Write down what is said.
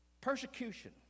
Persecution